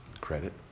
Credit